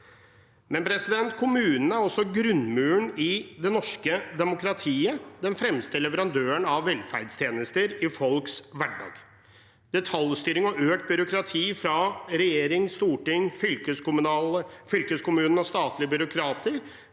innbygger. Kommunene er også grunnmuren i det norske demokratiet, den fremste leverandøren av velferdstjenester i folks hverdag. Detaljstyring og økt byråkrati fra regjering, storting, fylkeskommune og statlige byråkrater